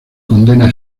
condena